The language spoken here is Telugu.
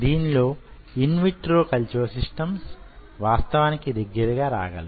దీనిలో ఇన్విట్రో కల్చర్ సిస్టమ్స్ వాస్తవానికి దగ్గరగా రాగలవు